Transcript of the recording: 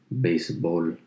Baseball